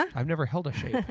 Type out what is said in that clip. um i've never held a shape.